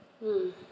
mm